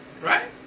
Right